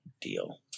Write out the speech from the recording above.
deal